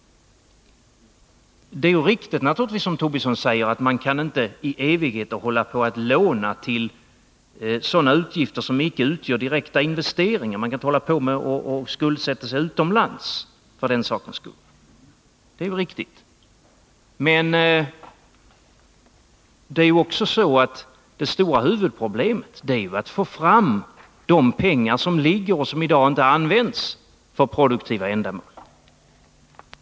Det är naturligtvis riktigt som Lars Tobisson säger, att man inte i evigheter kan hålla på att låna till sådana utgifter som icke utgör direkta investeringar. Man kan inte hålla på att skuldsätta sig utomlands för den sakens skull. Det är riktigt. Men det är också så att det stora problemet är att få fram de pengar som ligger och som i dag inte används för produktiva ändamål.